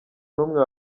n’umwe